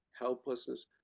helplessness